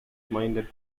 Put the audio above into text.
minded